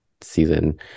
season